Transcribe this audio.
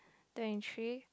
twenty three